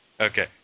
Okay